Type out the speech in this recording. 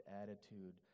attitude